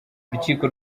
urukiko